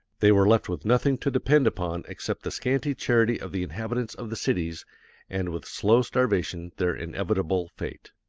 they were left with nothing to depend upon except the scanty charity of the inhabitants of the cities and with slow starvation their inevitable fate.